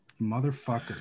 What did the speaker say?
Motherfucker